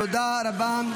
תודה רבה.